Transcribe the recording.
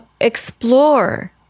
Explore